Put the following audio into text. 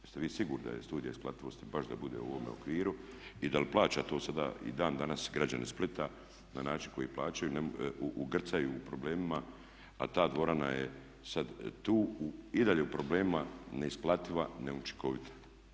Jeste vi sigurni da je studija isplativosti baš da bude u ovome okviru i da li plaćaju to sada i dan danas građani Splita na način koji plaćaju, grcaju u problemima a ta dvorana je sad tu i dalje u problemima, neisplativa, neučinkovita.